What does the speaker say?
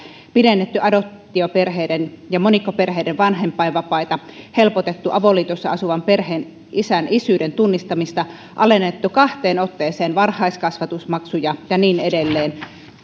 pidennetty adoptioperheiden ja monikkoperheiden vanhempainvapaita helpotettu avoliitossa asuvan perheen isän isyyden tunnustamista alennettu kahteen otteeseen varhaiskasvatusmaksuja ja niin edelleen